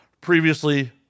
previously